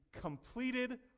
completed